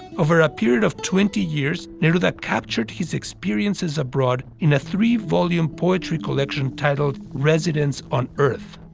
over a period of twenty years, neruda captured his experiences abroad in a three volume poetry collection titled residence on earth.